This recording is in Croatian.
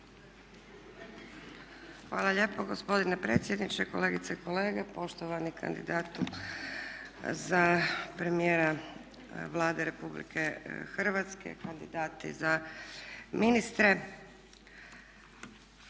Hvala lijepo gospodine predsjedniče. Kolegice i kolege, poštovani kandidatu za premijera Vlade RH, kandidati za ministre